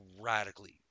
radically